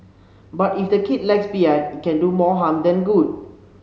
but if the kid lags behind it can do more harm than good